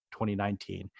2019